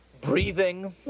breathing